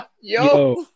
Yo